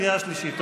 קריאה שלישית.